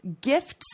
gifts